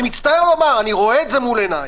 אני מצטער לומר, אני רואה את זה מול עיניי.